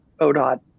ODOT